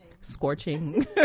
scorching